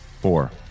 four